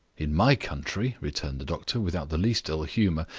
in my country, returned the doctor, without the least ill-humor,